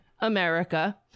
America